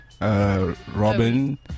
Robin